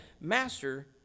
Master